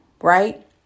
Right